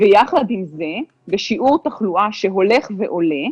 ויחד עם זאת, בשיעור תחלואה שהולך ועולה,